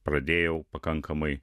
pradėjau pakankamai